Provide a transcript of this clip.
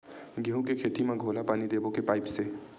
गेहूं के खेती म घोला पानी देबो के पाइप से?